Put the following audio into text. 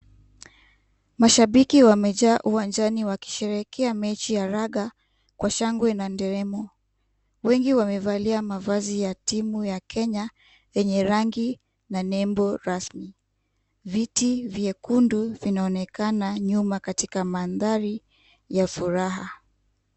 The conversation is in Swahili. Mashabiki wamejaa uwanjani wakisherekea mechi ya raga kwa shangwe na nderemo , wengi wamevalia mavazi ya timu ya Kenya yenye rangi na nembo rasmi . Viti vyekundu vinaonekana nyuma katika mandhari ya furaha.